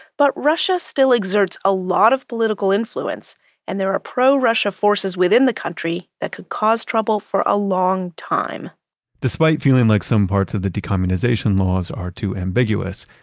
but russia still exerts a lot of political influence and there are pro-russia forces within the country that could cause trouble for a long time despite feeling like some parts of the decommunization laws are too ambiguous,